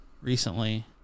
recently